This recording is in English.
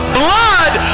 blood